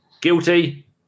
Guilty